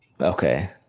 okay